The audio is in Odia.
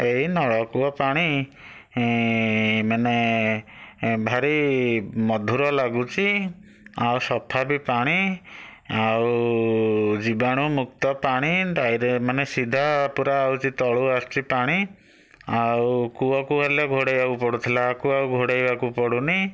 ଏଇ ନଳକୂଅ ପାଣି ମାନେ ଭାରି ମଧୁର ଲାଗୁଛି ଆଉ ସଫା ବି ପାଣି ଆଉ ଜୀବାଣୁ ମୁକ୍ତ ପାଣି ତାହିଁରେ ମାନେ ସିଧା ପୁରା ହେଉଛି ତଳୁ ଆସୁଛି ପାଣି ଆଉ କୂଅକୁ ହେଲେ ଘୋଡ଼େଇବାକୁ ପଡୁଥିଲା ୟାକୁ ଆଉ ଘୋଡ଼େଇବାକୁ ପଡୁନି